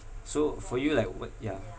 so for you like what yeah